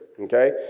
okay